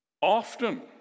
Often